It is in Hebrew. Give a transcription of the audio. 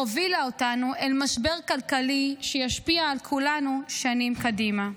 הובילה אותנו אל משבר כלכלי שישפיע על כולנו שנים קדימה.